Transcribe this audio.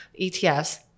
ETFs